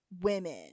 women